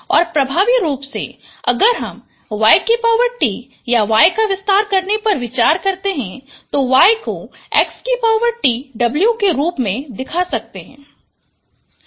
और प्रभावी रूप से अगर हम YT या Y का विस्तार करने पर विचार करते हैं तो y को XTW के रूप में दिखा सकते हैं